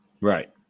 right